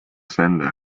sender